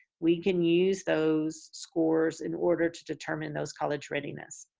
we can use those scores in order to determine those college readiness.